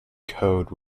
code